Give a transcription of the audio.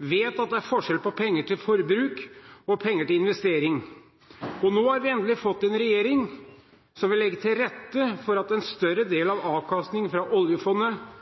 vet at det er forskjell på penger til forbruk og penger til investering. Nå har vi endelig fått en regjering som vil legge til rette for at en større del av avkastningen fra oljefondet